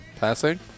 Passing